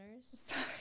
Sorry